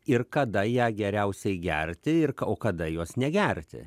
ir kada ją geriausiai gerti ir o kada jos negerti